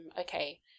okay